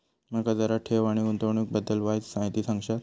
माका जरा ठेव आणि गुंतवणूकी बद्दल वायचं माहिती सांगशात?